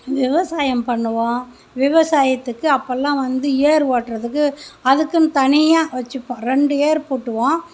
விவசாயம் பண்ணுவோம் விவசாயத்துக்கு அப்போல்லாம் வந்து ஏர் ஓட்றதுக்கு அதுக்குன்னு தனியாக வச்சுப்போம் ரெண்டு ஏர் போட்டுவோம்